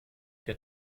der